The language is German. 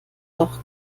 doch